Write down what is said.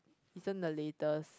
isn't the latest